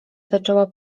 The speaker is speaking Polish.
zaczęła